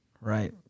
right